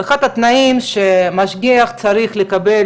אחד התנאים הוא שמשגיח צריך לקבל